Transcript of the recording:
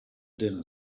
dinner